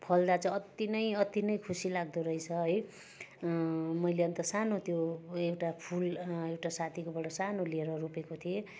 फल्दा चाहिँ अति नै अति नै खुसी लाग्दो रहेछ है मैले अन्त सानो त्यो एउटा फुल एउटा साथीकोबाट सानो लिएर रोपेको थिएँ